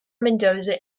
mendoza